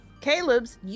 Caleb's